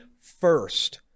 first